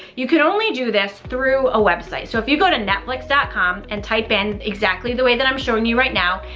you can only do this through a website. so if you go to netflix dot com and type in exactly the way that i'm showing you right now,